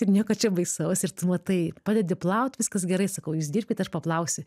ir nieko čia baisaus ir tu matai padedi plaut viskas gerai sakau jūs dirbkit aš paplausiu